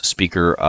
Speaker